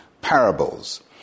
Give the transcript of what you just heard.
parables